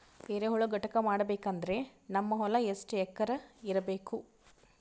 ಎರೆಹುಳ ಘಟಕ ಮಾಡಬೇಕಂದ್ರೆ ನಮ್ಮ ಹೊಲ ಎಷ್ಟು ಎಕರ್ ಇರಬೇಕು?